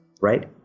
right